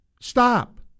Stop